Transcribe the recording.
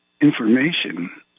information